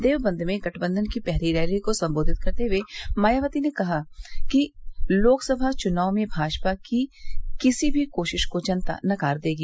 देवबंद में गठबन्धन की पहली रैली को सम्बोधित करते हुए मायावती ने कहा कि लोकसभा चुनाव में भाजपा की किसी भी कोशिश को जनता नकार देगी